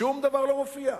שום דבר לא מופיע.